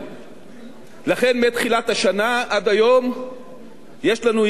מתחילת השנה עד היום יש לנו ירידה מהתחזית